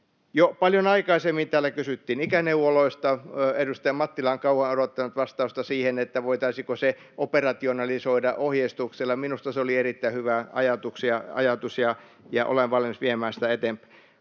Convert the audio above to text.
paljon aikaisemmin täällä kysyttiin ikäneuvoloista. Edustaja Mattila on kauan odottanut vastausta siihen, voitaisiinko se operationalisoida ohjeistuksella. Minusta se oli erittäin hyvä ajatus, ja olen valmis viemään sitä eteenpäin.